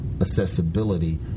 accessibility